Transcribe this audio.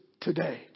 today